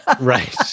Right